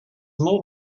more